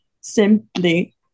Simply